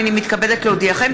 הינני מתכבדת להודיעכם,